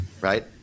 right